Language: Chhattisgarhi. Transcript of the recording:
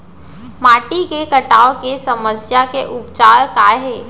माटी के कटाव के समस्या के उपचार काय हे?